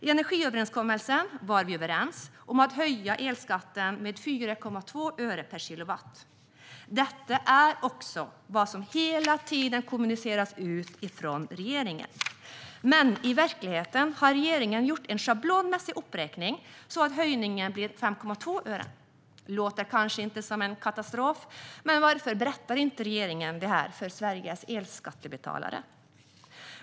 I energiöverenskommelsen var vi överens om att höja elskatten med 4,2 öre per kilowattimme. Detta är också vad som hela tiden kommuniceras ut från regeringen. Men i verkligheten har regeringen gjort en schablonmässig uppräkning så att höjningen blir 5,2 öre. Det låter kanske inte som en katastrof, men varför berättar inte regeringen detta för Sveriges elskattebetalare?